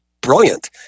brilliant